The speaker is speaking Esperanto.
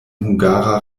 hungara